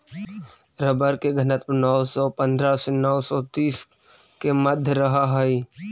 rubber के घनत्व नौ सौ पंद्रह से नौ सौ तीस के मध्य रहऽ हई